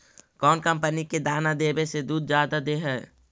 कौन कंपनी के दाना देबए से दुध जादा दे है?